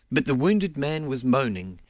but the wounded man was moaning,